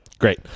Great